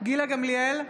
גילה גמליאל,